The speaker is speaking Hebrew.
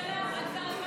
לא הבנתי.